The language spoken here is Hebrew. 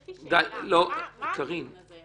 יש לי שאלה: על מה הדיון הזה?